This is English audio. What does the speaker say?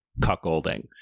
cuckolding